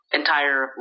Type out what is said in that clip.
entire